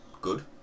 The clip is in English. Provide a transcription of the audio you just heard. good